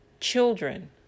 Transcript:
children